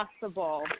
possible